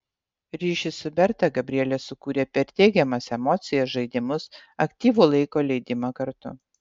ryšį su berta gabrielė sukūrė per teigiamas emocijas žaidimus aktyvų laiko leidimą kartu